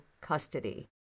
custody